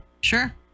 Sure